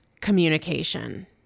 communication